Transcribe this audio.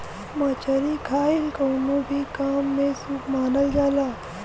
मछरी खाईल कवनो भी काम में शुभ मानल जाला